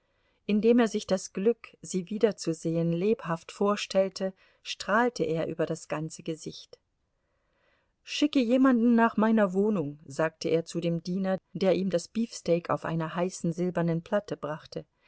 indem er sich das glück sie wiederzusehen lebhaft vorstellte strahlte er über das ganze gesicht schicke jemanden nach meiner wohnung sagte er zu dem diener der ihm das beefsteak auf einer heißen silbernen platte brachte